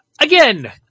Again